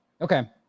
okay